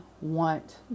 want